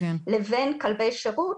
לבין כלבי שירות.